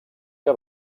que